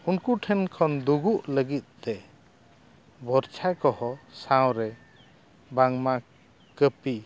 ᱩᱱᱠᱩ ᱴᱷᱮᱱ ᱠᱷᱚᱱ ᱫᱩᱜᱩᱜ ᱞᱟᱹᱜᱤᱫ ᱛᱮ ᱵᱚᱨᱥᱟ ᱠᱚᱦᱚᱸ ᱥᱟᱶᱨᱮ ᱵᱟᱝᱢᱟ ᱠᱟᱹᱯᱤ